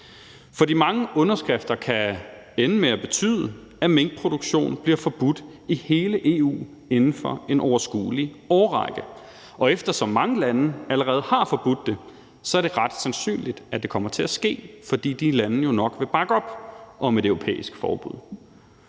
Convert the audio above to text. for de mange underskrifter kan ende med at betyde, at minkproduktion bliver forbudt i hele EU inden for en overskuelig årrække, og eftersom mange lande allerede har forbudt det, er det ret sandsynligt, at det kommer til at ske, fordi de lande jo nok vil bakke op om et europæisk forbud.